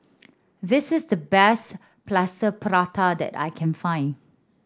this is the best Plaster Prata that I can find